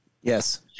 Yes